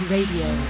Radio